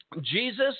Jesus